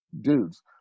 dudes